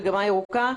מגמה ירוקה.